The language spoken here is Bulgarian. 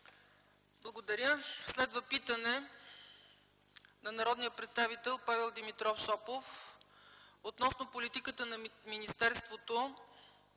Благодаря. Следва питане на народния представител Павел Димитров Шопов относно политиката на министерството